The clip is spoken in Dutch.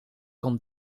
kom